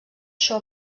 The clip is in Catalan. això